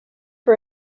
for